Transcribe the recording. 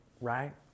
Right